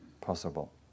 possible